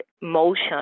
motion